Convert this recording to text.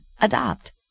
Adopt